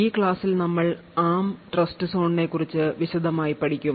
ഈ ക്ലാസ്സിൽ നമ്മൾ ARM Trust Zoneനെ കുറിച്ച് വിശദമായി പഠിക്കും